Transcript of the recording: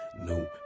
new